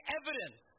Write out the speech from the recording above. evidence